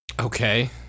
Okay